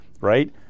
right